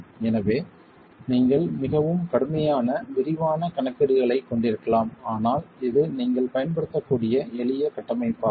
எனவே நீங்கள் மிகவும் கடுமையான விரிவான கணக்கீடுகளைக் கொண்டிருக்கலாம் ஆனால் இது நீங்கள் பயன்படுத்தக்கூடிய எளிய கட்டமைப்பாகும்